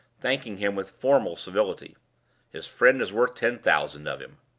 thanking him with formal civility his friend is worth ten thousand of him.